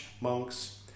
monks